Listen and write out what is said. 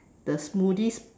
the smoothies